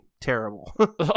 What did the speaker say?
terrible